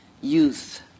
Youth